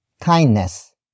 kindness